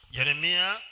Jeremiah